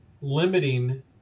limiting